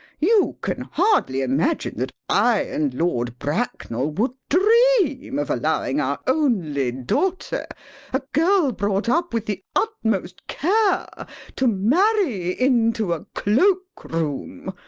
you can hardly imagine that i and lord bracknell would dream of allowing our only daughter a girl brought up with the utmost care to marry into a cloak room,